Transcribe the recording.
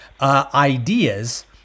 ideas